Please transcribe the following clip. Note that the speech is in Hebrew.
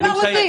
עוזי,